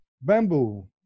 Bamboo